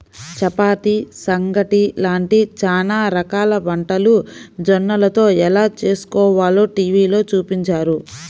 చపాతీ, సంగటి లాంటి చానా రకాల వంటలు జొన్నలతో ఎలా చేస్కోవాలో టీవీలో చూపించారు